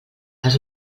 els